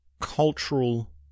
cultural